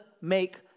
make